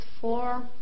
four